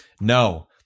no